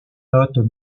notes